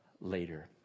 later